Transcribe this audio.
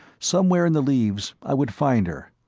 somewhere in the leaves i would find her.